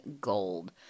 gold